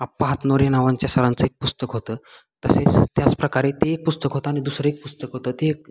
अप्पा हातनुरे नावांच्या सरांचं एक पुस्तक होतं तसेच त्याचप्रकारे ते एक पुस्तक होतं आणि दुसरं एक पुस्तक होतं ते एक